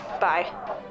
bye